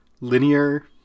linear